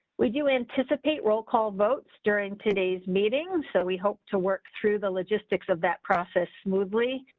we do anticipate roll call votes during today's meetings. so, we hope to work through the logistics of that process smoothly,